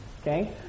Okay